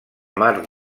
mar